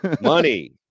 money